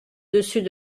dessus